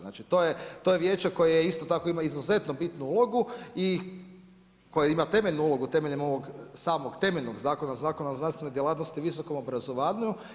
Znači to je vijeće koje isto tako ima izuzetno bitnu ulogu i koje ima temeljnu ulogu temeljem ovog samog temeljnog zakona, Zakona o znanstvenoj djelatnosti i visokom obrazovanju.